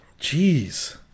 Jeez